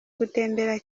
gutembera